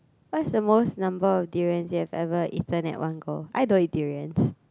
what is the most number of durians you have ever eaten at one go I don't eat durians